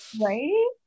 right